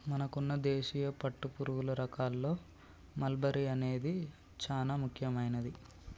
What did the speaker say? మనకున్న దేశీయ పట్టుపురుగుల రకాల్లో మల్బరీ అనేది చానా ముఖ్యమైనది